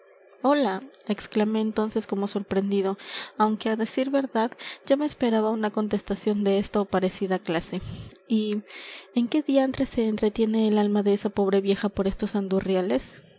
hola exclamé entonces como sorprendido aunque á decir verdad ya me esperaba una contestación de esta ó parecida clase y en qué diantres se entretiene el alma de esa pobre vieja por estos